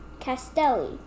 Castelli